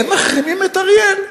הם מחרימים את אריאל?